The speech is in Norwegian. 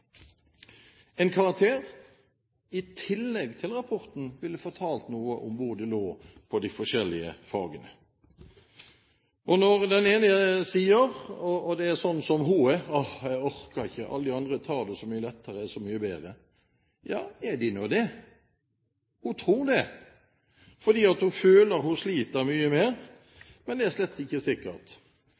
En karakter i tillegg til rapporten ville fortalt noe om hvor de lå i de forskjellige fagene. Den ene sier, og det er slik som hun er: Å, jeg orker ikke, alle de andre tar det så mye lettere og er så mye bedre. Ja, er de nå det? Hun tror det, fordi hun føler hun sliter mye mer, men det er slettes ikke sikkert.